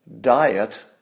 diet